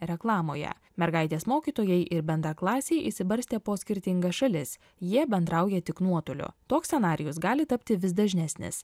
reklamoje mergaitės mokytojai ir bendraklasiai išsibarstė po skirtingas šalis jie bendrauja tik nuotoliu toks scenarijus gali tapti vis dažnesnis